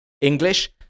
English